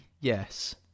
yes